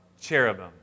cherubim